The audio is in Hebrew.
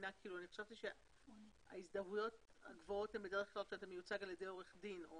חשבתי שבהזדהות הגבוהה היא בדרך כלל כשהאדם מיוצג על ידי עורך דין.